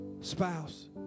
spouse